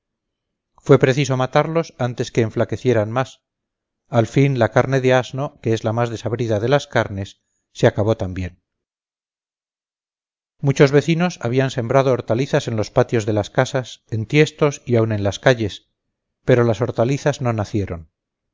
fue preciso matarlos antes que enflaquecieran más al fin la carne de asno que es la más desabrida de las carnes se acabó también muchos vecinos habían sembrado hortalizas en los patios de las casas en tiestos y aun en las calles pero las hortalizas no nacieron